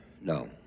No